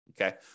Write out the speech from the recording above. Okay